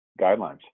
guidelines